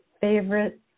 favorite